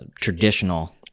traditional